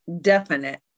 definite